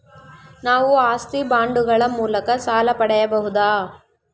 ನಾವು ಆಸ್ತಿ ಬಾಂಡುಗಳ ಮೂಲಕ ಸಾಲ ಪಡೆಯಬಹುದಾ?